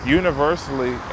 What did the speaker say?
universally